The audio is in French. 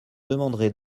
demanderai